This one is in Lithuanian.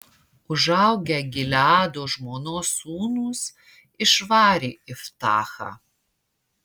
užaugę gileado žmonos sūnūs išvarė iftachą